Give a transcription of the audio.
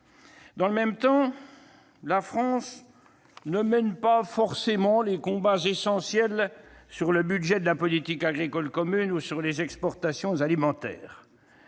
Dans le même temps, la France ne mène pas forcément les combats essentiels sur le budget de la politique agricole commune (PAC) ou sur les exportations alimentaires